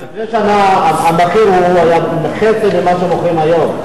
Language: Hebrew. לפני שנה המחיר היה חצי ממה שמוכרים היום,